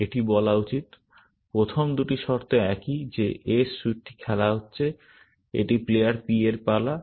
এটি বলা উচিত প্রথম দুটি শর্ত একই যে s স্যুটটি খেলা হচ্ছে এটি প্লেয়ার P এর পালা